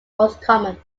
roscommon